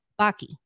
baki